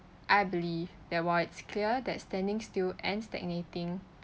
I believe that while it's clear that standing still and stagnating